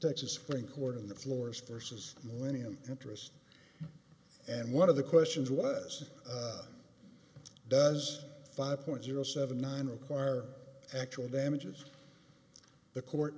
texas supreme court of the floors for says millennium interest and one of the questions was does five point zero seven nine require actual damages the court